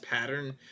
Pattern